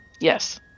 Yes